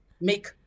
make